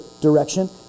direction